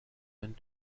and